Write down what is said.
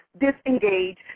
Disengage